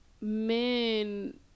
men